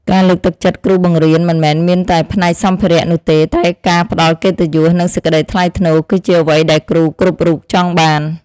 ការលើកទឹកចិត្តគ្រូបង្រៀនមិនមែនមានតែផ្នែកសម្ភារៈនោះទេតែការផ្តល់កិត្តិយសនិងសេចក្តីថ្លៃថ្នូរគឺជាអ្វីដែលគ្រូគ្រប់រូបចង់បាន។